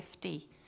50